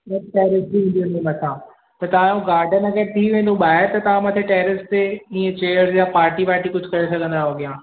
ॿियो टैरेस बि हूंदी हुन जे मथां त तव्हां ओ गार्डन एडजशट थी वेंदो ॿाहिरि त तव्हां मथे टैरेस ते ईअं चेयर्स या पार्टी वार्टी कुझु करे सघंदा आहियो अॻियां